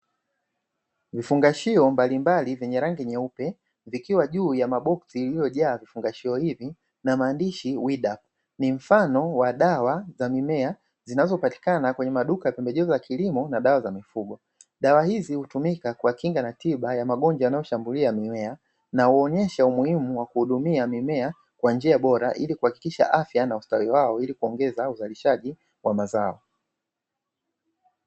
Vifungashio mbalimbali vyenye rangi nyeupe vikiwa juu ya maboksi iliyojaa vifungashio hivi na maandishi wida ni mfano wa dawa za mimea zinazopatikana kwenye maduka pembejeo za kilimo na dawa za mifugo. Dawa hizi hutumika kwa kinga na tiba ya magonjwa yanayoshambulia mimea na uonyesha umuhimu wa kuhudumia mimea kwa njia bora ili kuhakikisha afya na ustawi wao ili kuongeza uzalishaji wa mazao.